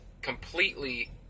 completely